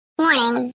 Morning